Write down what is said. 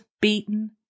beaten